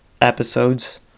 episodes